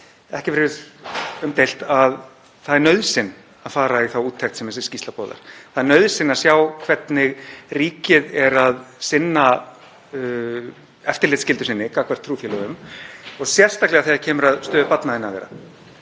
ekki verður um deilt, að það er nauðsyn að fara í þá úttekt sem þessi skýrsla boðar. Það er nauðsyn að sjá hvernig ríkið sinnir eftirlitsskyldu sinni gagnvart trúfélögum og sérstaklega þegar kemur að stöðu barna innan þeirra.